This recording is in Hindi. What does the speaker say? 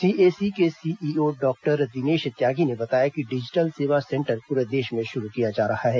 सीएसी के सीईओ डॉक्टर दिनेश त्यागी ने बताया कि डिजिटल सेवा सेंटर पूरे देश में शुरु किया जा रहा है